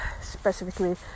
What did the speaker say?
specifically